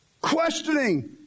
Questioning